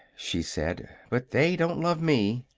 she said but they don't love me.